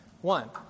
One